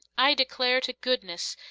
i declare to goodness,